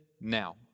now